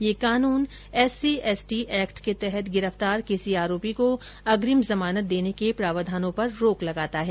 यह कानून SC ST act के तहत गिरफ्तार किसी आरोपी को अग्रिम जमानत देने को प्रावधानों पर रोक लगाता है